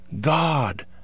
God